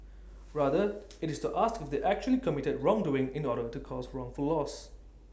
rather IT is to ask if they actually committed wrongdoing in order to cause wrongful loss